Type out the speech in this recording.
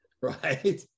Right